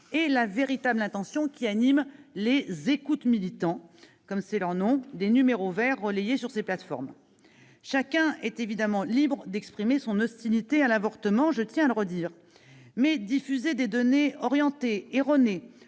et la véritable intention qui anime les « écoutants-militants » des numéros verts relayés sur ces plateformes. Chacun est évidemment libre d'exprimer son hostilité à l'avortement, je tiens à le redire, mais la diffusion de données orientées ou erronées